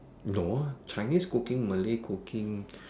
no Chinese cooking Malay cooking